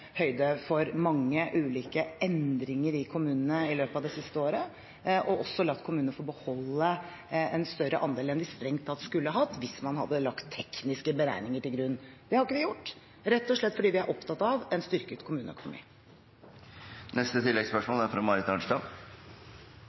høyde for mange ulike endringer i kommunene i løpet av det siste året og også latt kommunene få beholde en større andel enn de strengt tatt skulle hatt hvis man hadde lagt tekniske beregninger til grunn. Det har vi ikke gjort – rett og slett fordi vi er opptatt av en styrket kommuneøkonomi. Marit Arnstad – til oppfølgingsspørsmål. Det er